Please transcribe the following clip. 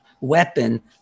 weapon